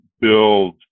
build